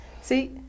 See